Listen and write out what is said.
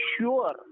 sure